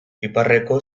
iparreko